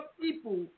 people